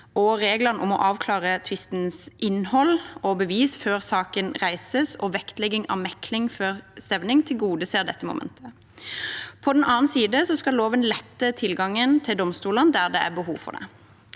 Reglene om å avklare tvistens innhold og bevis før saken reises, og vektlegging av mekling før stevning, tilgodeser dette momentet. På den annen side skal loven lette tilgangen til domstolene der det er behov for det.